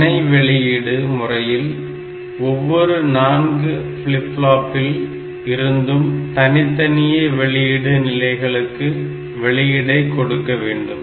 இணை வெளியீடு முறையில் ஒவ்வொரு 4 ஃபிளிப் ஃபிளாப்பில் இருந்தும் தனித்தனியே வெளியீடு நிலைகளுக்கு வெளியீடை கொடுக்க வேண்டும்